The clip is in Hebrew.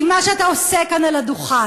כי מה שאתה עושה כאן על הדוכן,